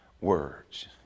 words